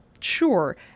sure